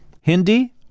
Hindi